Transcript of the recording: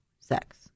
sex